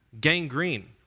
gangrene